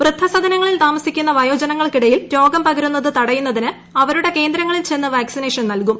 വൃദ്ധസദനങ്ങളിൽ താമസിക്കുന്ന വയോജനങ്ങൾക്കിടയിൽ രോഗം പകരുന്നുത് തടയുന്നതിന് അവരുടെ കേന്ദ്രങ്ങളിൽ ചെന്ന് വാക്സിനേഷൻ ക്യ്ക്കും